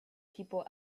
people